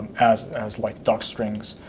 as as like dark strings.